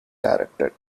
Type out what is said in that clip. directed